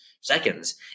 seconds